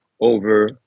over